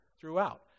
throughout